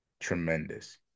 Tremendous